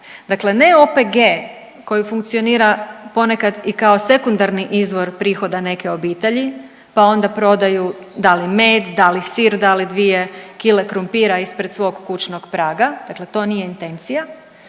Dakle, ne OPG koji funkcionira ponekad i kao sekundarni izvor prihoda neke obitelji pa onda prodaju da li med, da li sir, da li 2 kile krumpira ispred svog kućnog praga, dakle to nije intencija.